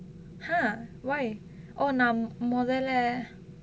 !huh! why oh நா மொதல்ல:naa modalla